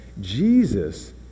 Jesus